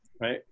right